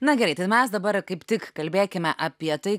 na gerai tai mes dabar kaip tik kalbėkime apie tai